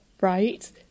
right